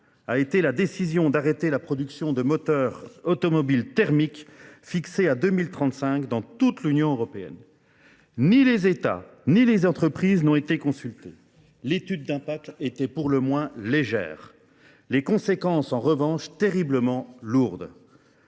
a été la décision d'arrêter la production de moteurs automobiles thermiques fixés à 2035 dans toute l'Union européenne. Ni les États, ni les entreprises n'ont été consultées. L'étude d'impact était pour le moins légère. Les conséquences, en revanche, terriblement lourdes.